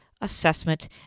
assessment